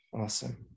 Awesome